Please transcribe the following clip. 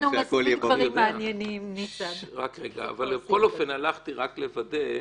בכל אופן, הלכתי לוודא,